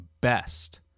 best